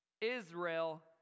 Israel